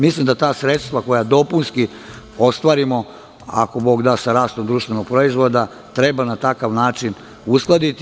Mislim da ta sredstva koja dopunski ostvarimo, ako Bog da, sa rastom društvenog proizvoda, treba na takav način uskladiti.